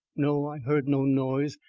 no, i heard no noise.